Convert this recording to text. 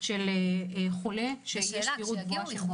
של חולה שיש סבירות גבוהה מאוד שהוא חולה.